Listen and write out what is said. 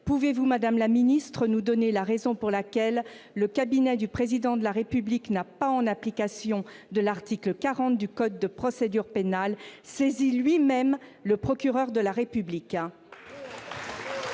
Pouvez-vous nous donner la raison pour laquelle le cabinet du Président de la République n'a pas, en application de l'article 40 du code de procédure pénale, saisi lui-même le procureur de la République ?